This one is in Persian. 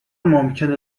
ممکنه